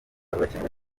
rurakenewe